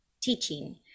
teaching